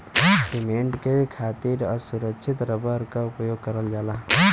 cement के खातिर असुरछित रबर क उपयोग करल जाला